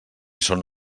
són